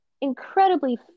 incredibly